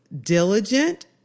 diligent